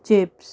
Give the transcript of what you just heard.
chips